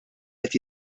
qed